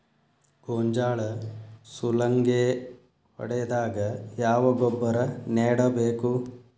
ಗೋಂಜಾಳ ಸುಲಂಗೇ ಹೊಡೆದಾಗ ಯಾವ ಗೊಬ್ಬರ ನೇಡಬೇಕು?